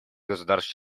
государств